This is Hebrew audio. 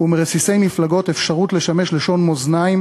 ומרסיסי מפלגות אפשרות לשמש לשון מאזניים